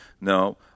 No